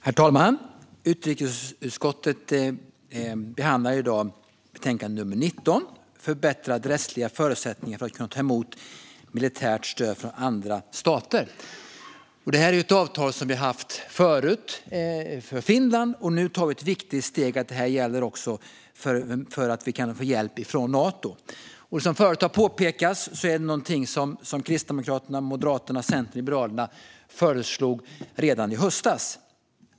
Herr talman! Utrikesutskottet behandlar i dag betänkande UU19 Förbättrade rättsliga förutsättningar för att kunna ta emot militärt stöd från andra stater . Detta är ett avtal vi tidigare har haft gällande hjälp från Finland, och nu tar vi ett viktigt steg så att det även gäller hjälp från Nato. Som tidigare har påpekats är detta någonting som Kristdemokraterna, Moderaterna, Centern och Liberalerna föreslog redan i höstas.